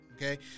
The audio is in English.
Okay